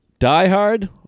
Diehard